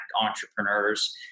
entrepreneurs